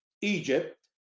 Egypt